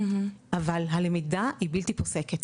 אבל הלמידה היא בלתי פוסקת.